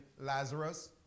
Lazarus